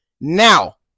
Now